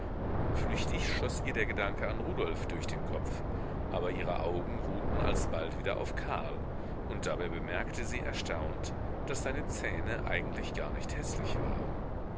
flüchtig schoß ihr der gedanke an rudolf durch den kopf aber ihre augen ruhten alsbald wieder auf karl und dabei bemerkte sie erstaunt daß seine zähne eigentlich gar nicht häßlich waren